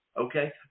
Okay